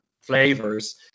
flavors